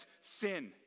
sin